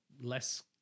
less